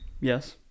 Yes